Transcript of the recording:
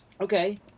Okay